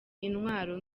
intwaro